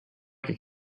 like